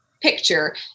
picture